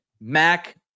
Mac